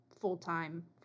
full-time